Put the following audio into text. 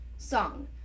song